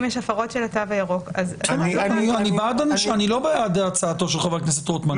אם יש הפרות של התו הירוק --- אני לא בעד הצעתו של חבר הכנסת רוטמן,